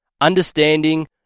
understanding